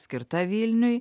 skirta vilniui